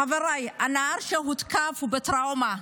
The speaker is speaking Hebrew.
חבריי, הנער שהותקף הוא בטראומה.